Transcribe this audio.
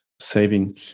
saving